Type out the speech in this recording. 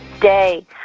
day